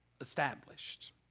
established